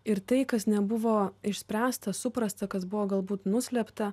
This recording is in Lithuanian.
ir tai kas nebuvo išspręsta suprasta kas buvo galbūt nuslėpta